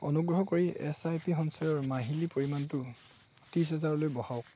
অনুগ্ৰহ কৰি S I P সঞ্চয়ৰ মাহিলী পৰিমাণটো ত্ৰিছ হাজাৰলৈ বঢ়াওক